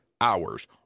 Hours